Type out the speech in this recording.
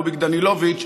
רוביק דנילוביץ,